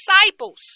disciples